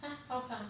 好吧